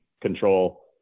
control